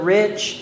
rich